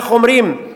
איך אומרים,